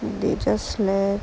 they just slept